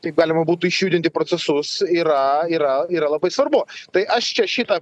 taip galima būtų išjudinti procesus yra yra yra labai svarbu tai aš čia šitą